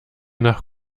nach